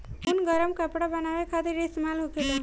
ऊन गरम कपड़ा बनावे खातिर इस्तेमाल होखेला